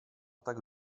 tak